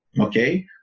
Okay